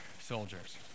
soldiers